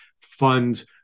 fund